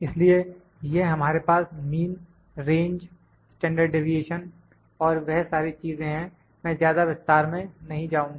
इसलिए यह हमारे पास मीन रेंज स्टैंडर्ड डीविएशन और वह सारी चीजें हैं मैं ज्यादा विस्तार में नहीं जाऊँगा